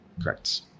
correct